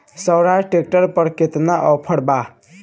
सोहराज tractor पर केतना offer बा?